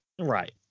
Right